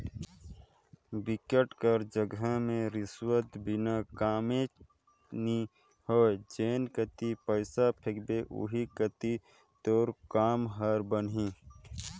बिकट कर जघा में रिस्वत बिना कामे नी होय जेन कती पइसा फेंकबे ओही कती तोर काम हर बनही